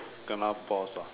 Kena pause ah